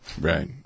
Right